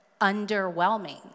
underwhelming